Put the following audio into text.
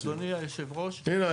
אדוני יושב הראש --- הנה,